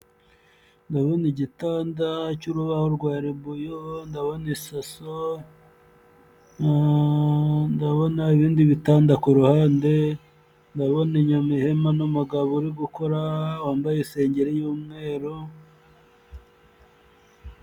Ndabona igitanda cy'urubaho rwa ribuyu, ndabona isaso, ndabona ibindi bitanda ku ruhande, ndabona inyuma ihema n'umugabo uri gukora, wambaye isengeri y'umweru.